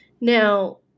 Now